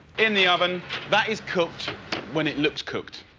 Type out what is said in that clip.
in the oven that is cooked when it looks cooked.